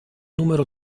numero